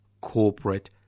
corporate